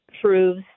proves